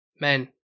men